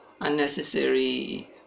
unnecessary